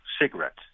cigarettes